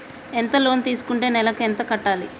ఎంత లోన్ తీసుకుంటే నెలకు ఎంత కట్టాలి?